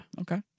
okay